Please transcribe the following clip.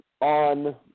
on –